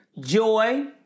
Joy